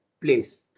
place